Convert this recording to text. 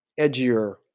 edgier